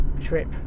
trip